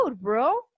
bro